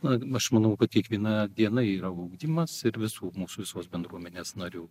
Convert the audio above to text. na aš manau kad kiekviena diena yra ugdymas ir visų mūsų visos bendruomenės narių